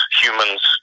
humans